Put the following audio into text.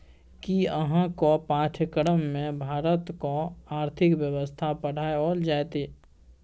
कि अहाँक पाठ्यक्रममे भारतक आर्थिक व्यवस्था पढ़ाओल जाएत?